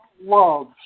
love